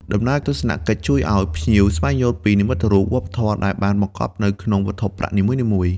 ដំណើរទស្សនកិច្ចជួយឱ្យភ្ញៀវស្វែងយល់ពី និមិត្តរូប វប្បធម៌ដែលបានបង្កប់នៅក្នុងវត្ថុប្រាក់នីមួយៗ។